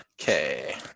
Okay